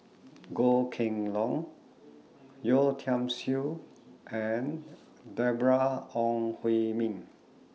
Goh Kheng Long Yeo Tiam Siew and Deborah Ong Hui Min